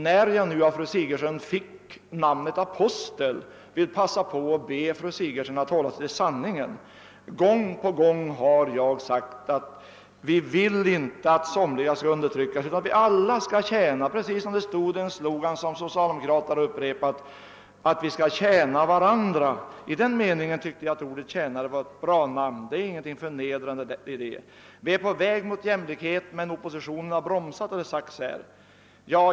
När jag nu av fru Sigurdsen fick beteckningen apostel vill jag passa på att be henne att hålla sig till sanningen. Gång på gång har jag sagt att vi inte vill att somliga skall undertryckas utan att vi alla skall tjäna, precis på samma sätt som det stod i en slogan som socialdemokraterna upprepat, nämligen att vi skall tjäna varandra. I den meningen tror jag att ordet tjänare är en bra benämning. Det ligger inte något förnedrande däri. Vi är på väg mot jämlikheten, men oppositionen har bromsat oss, har det sagts.